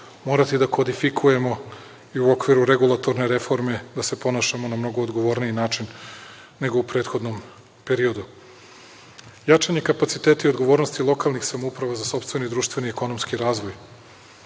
morati da kodifikujemo i u okviru regulatorne reforme da se ponašamo na mnogo odgovorniji način nego u prethodnom periodu. Jačanje kapaciteta i odgovornosti lokalnih samouprava za sopstveni, društveni i ekonomski razvoj,